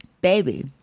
baby